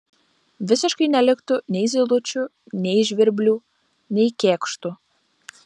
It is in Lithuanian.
visiškai neliktų nei zylučių nei žvirblių nei kėkštų